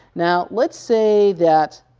now let's say that,